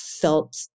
felt